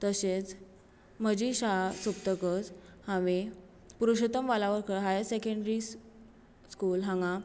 तशेंच म्हजी शाळा सोपतकच हांवें Purushottam Walawalkar higher secondary school हांगां